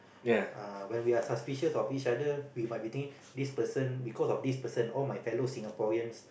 ah when we are suspicious of each other we might be thinking this person because of this person all my fellow Singaporeans